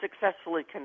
successfully